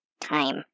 time